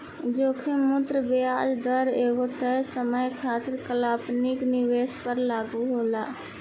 जोखिम मुक्त ब्याज दर एगो तय समय खातिर काल्पनिक निवेश पर लागू होला